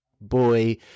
boy